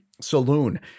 saloon